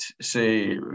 say